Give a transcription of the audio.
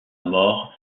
mort